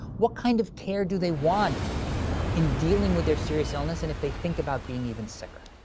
what kind of care do they want in dealing with their serious illness, and if they think about being even sicker.